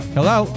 Hello